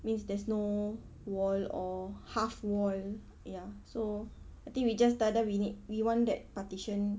means there's no wall or half wall ya so I think we just tell them we need we want that partition